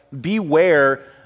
beware